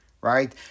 right